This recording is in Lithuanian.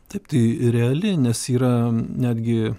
taip tai reali nes yra netgi